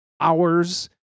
hours